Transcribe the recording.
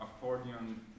accordion